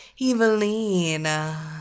Evelina